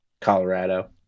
Colorado